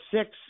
six